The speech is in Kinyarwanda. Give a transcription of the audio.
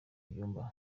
byuma